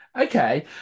Okay